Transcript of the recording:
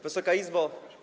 Wysoka Izbo!